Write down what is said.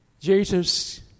Jesus